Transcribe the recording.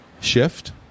Shift